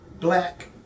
black